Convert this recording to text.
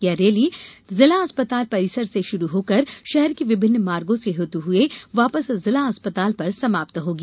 ये रैली जिला अस्पताल परिसर से शुरू होकर शहर के विभिन्न मार्गो से होते हुए वापस जिला अस्पताल पर समाप्त होगी